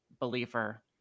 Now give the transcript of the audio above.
believer